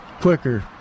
quicker